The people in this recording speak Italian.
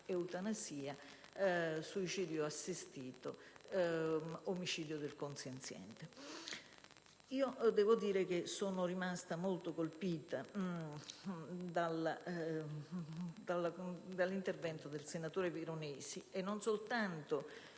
eutanasia, suicidio assistito ed omicidio del consenziente. Devo dire anche che sono rimasta molto colpita dall'intervento del senatore Veronesi, e non soltanto